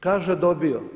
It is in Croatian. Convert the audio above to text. Kaže dobio.